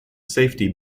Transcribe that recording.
safety